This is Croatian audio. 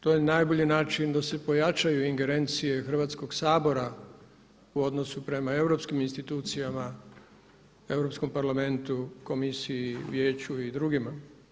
To je najbolji način da se pojačaju ingerencije Hrvatskog sabora u odnosu prema europskim institucijama, Europskom parlamentu, komisiji, vijeću i drugima.